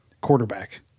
quarterback